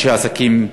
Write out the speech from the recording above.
אנשי עסקים,